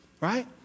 Right